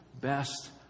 best